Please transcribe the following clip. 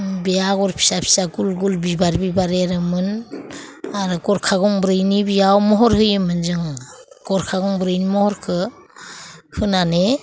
बे आग'र फिसा फिसा गुल गुल बिबार बिबार एरोमोन आरो गरखा गंब्रैनि बियाव महर होयोमोन जों गरखा गंब्रैनि महरखौ होनानै